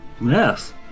Yes